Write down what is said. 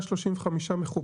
יש 135 מחוברים,